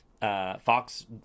Fox